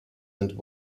and